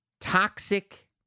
toxic